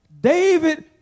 David